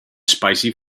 spicy